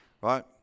right